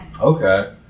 okay